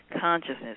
consciousness